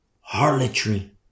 harlotry